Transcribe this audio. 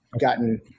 gotten